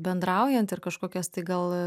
bendraujant ir kažkokias tai gal